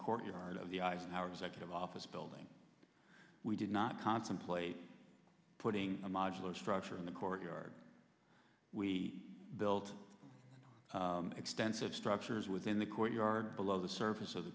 courtyard of the eisenhower executive office building we did not contemplate putting a modular structure in the courtyard we built extensive structures within the courtyard below the surface of the